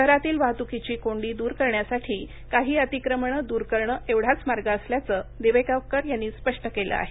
शहरातील वाहतुकीची कोंडी दूर करण्यासाठी कांही अतिक्रमणे दूर करणं एवढाच मार्ग असल्याचं दिवेगावकर यांनी स्पष्ट केलं आहे